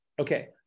Okay